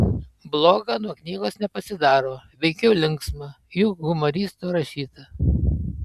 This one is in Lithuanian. bloga nuo knygos nepasidaro veikiau linksma juk humoristo rašyta